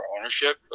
ownership